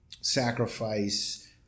sacrifice